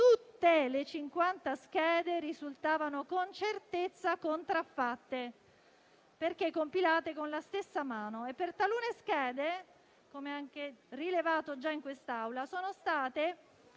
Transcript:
tutte le schede risultavano con certezza contraffatte perché compilate dalla stessa mano. Per talune schede - come anche rilevato già in quest'Aula - sono state